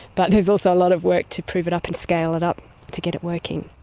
but there's also a lot of work to prove it up and scale it up to get it working.